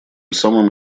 самым